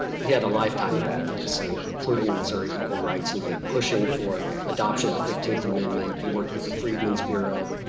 he had a lifetime of advocacy, and including the missouri equal rights league, pushing for adoption of the fifteenth amendment. he worked with the freedman's bureau,